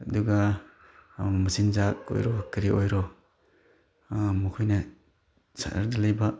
ꯑꯗꯨꯒ ꯃꯆꯤꯟꯖꯥꯛ ꯑꯣꯏꯔꯣ ꯀꯔꯤ ꯑꯣꯏꯔꯣ ꯃꯈꯣꯏꯅ ꯁꯍꯔꯗ ꯂꯩꯕ